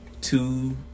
two